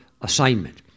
assignment